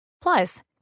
Plus